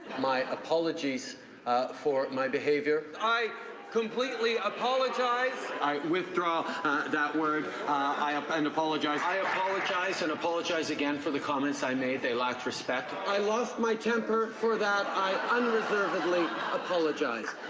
my apologies for my behavior. i completely apologize. i withdraw ah that word, ah i, and apologize. i apologize and apologize again for the comments i made. they lacked respect. i lost my temper. for that, i unreservedly apologize.